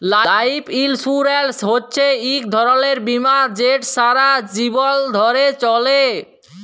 life insurance হছে ইক ধরলের বীমা যেট সারা জীবল ধ্যরে চলে